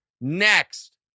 Next